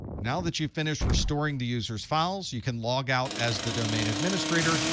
now that you've finished restoring the user's files, you can log out as the domain administrator.